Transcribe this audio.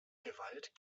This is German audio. gewalt